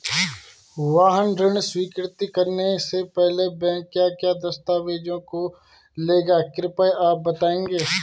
वाहन ऋण स्वीकृति करने से पहले बैंक क्या क्या दस्तावेज़ों को लेगा कृपया आप बताएँगे?